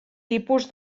tipus